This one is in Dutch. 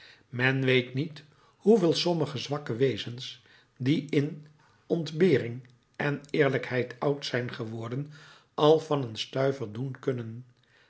men weet niet hoeveel sommige zwakke wezens die in ontbering en eerlijkheid oud zijn geworden al van een stuiver doen kunnen